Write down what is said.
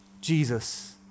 Jesus